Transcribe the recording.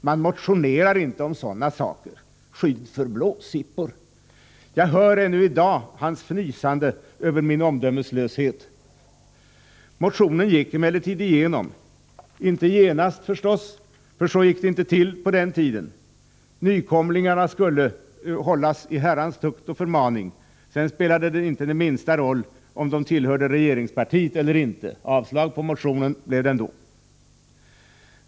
Man motionerar inte om sådana saker — skydd för blåsippor!” Jag hör ännu i dag hans fnysande över min omdömeslöshet. Motionen gick emellertid igenom — inte genast förstås, för så gick det inte till på den tiden. Nykomlingarna skulle hållas i Herrans tukt och förmaning. Sedan spelade det mindre roll om de tillhörde regeringspartiet eller inte. Avslag på motionen blev det ändå.